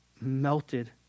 melted